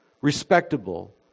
respectable